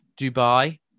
dubai